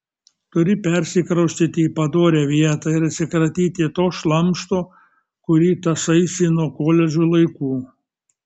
turi persikraustyti į padorią vietą ir atsikratyti to šlamšto kurį tąsaisi nuo koledžo laikų